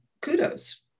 kudos